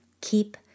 keep